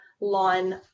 line